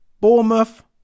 Bournemouth